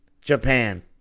Japan